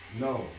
no